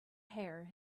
hair